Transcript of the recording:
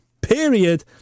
Period